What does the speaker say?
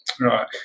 Right